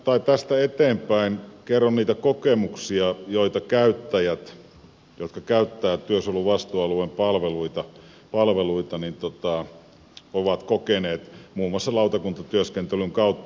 tästä eteenpäin kerron niitä kokemuksia joita käyttäjät jotka käyttävät työsuojelun vastuualueen palveluita ovat kokeneet muun muassa lautakuntatyöskentelyn kautta